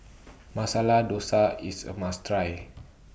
Masala Dosa IS A must Try